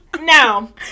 Now